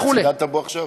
שאתה צידדת בו עכשיו,